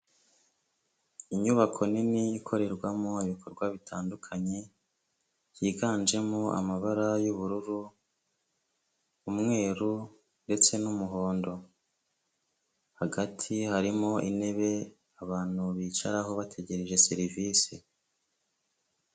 Inyubako nini ikorerwamo ibikorwa bitandukanye, byiganjemo amabara y'ubururu, umweru ndetse n'umuhondo. Hagati harimo intebe abantu bicaraho bategereje serivisi.